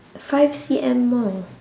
five C_M more